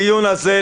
הדיון הזה,